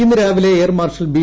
ഇന്ന് രാവിലെ air marshal B